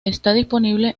disponible